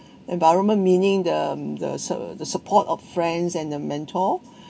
environment meaning them the sup~ the support of friends and the mentor